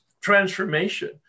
transformation